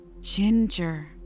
Ginger